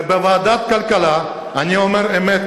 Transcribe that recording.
ובוועדת כלכלה אני אומר אמת.